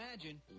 imagine